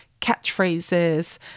catchphrases